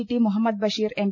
T Muhammad Basheer M